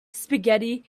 spaghetti